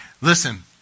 Listen